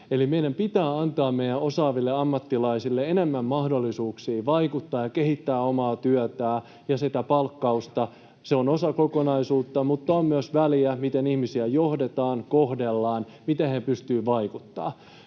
Eli meidän pitää antaa meidän osaaville ammattilaisille enemmän mahdollisuuksia vaikuttaa ja kehittää omaa työtään ja sitä palkkausta. Se on osa kokonaisuutta, mutta on myös väliä, miten ihmisiä johdetaan, kohdellaan, miten he pystyvät vaikuttamaan.